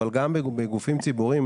אבל גם בגופים ציבוריים,